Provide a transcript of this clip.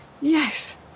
Yes